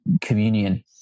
communion